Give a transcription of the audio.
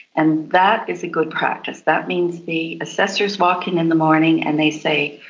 and that is a good practice, that means the assessors walk in in the morning, and they say,